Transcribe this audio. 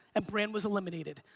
ah brand was eliminated.